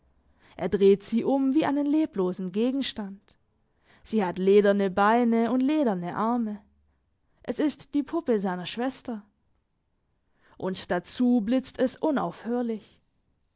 er dreht sie um wie einen leblosen gegenstand sie hat lederne beine und lederne arme es ist die puppe seiner schwester und dazu blitzt es unaufhörlich